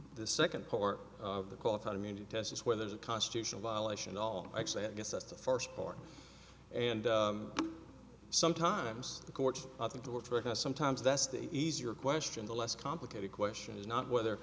the second part of the qualified immunity tests where there's a constitutional violation all actually i guess that's the first part and sometimes the courts i think two or three of us sometimes that's the easier question the less complicated question is not whether